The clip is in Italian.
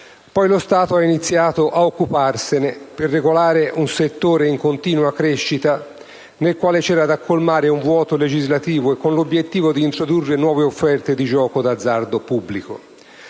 Poi lo Stato ha iniziato ad occuparsene, per regolare un settore in continua crescita, nel quale vi era da colmare un vuoto legislativo, con l'obiettivo di introdurre nuove offerte di gioco d'azzardo pubblico.